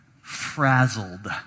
frazzled